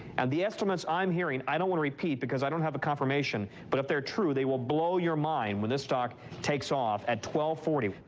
and the estimates i'm hearing i don't wanna repeat because i don't have a confirmation. but if they're true, they will blow you're mind when this stock takes off at twelve forty.